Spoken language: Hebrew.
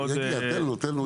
הוא יגיע, תן לו.